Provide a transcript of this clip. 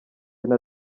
njye